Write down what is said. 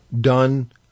done